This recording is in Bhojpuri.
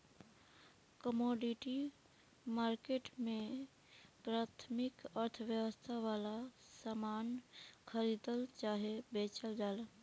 कमोडिटी मार्केट में प्राथमिक अर्थव्यवस्था वाला सामान खरीदल चाहे बेचल जाला